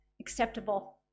acceptable